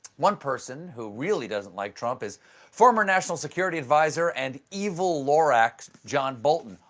one person who really doesn't like trump is former national security adviser and evil lorax, john bolton.